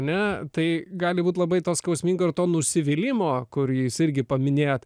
ne tai gali būt labai to skausmingo ir to nusivylimo kurį jūs irgi paminėjot